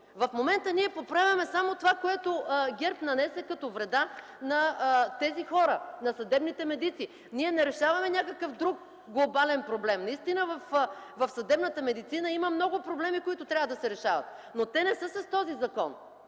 В момента ние поправяме само това, което ГЕРБ нанесе като вреда на тези хора, на съдебните медици, ние не решаваме някакъв друг глобален проблем. Наистина в съдебната медицина има много проблеми, които трябва да се решават, но те не са с този закон.